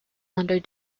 under